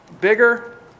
Bigger